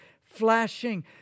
flashing